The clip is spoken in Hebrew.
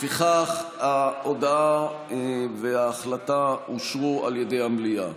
לפיכך ההודעה וההחלטה אושרו על ידי המליאה.